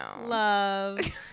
Love